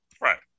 Right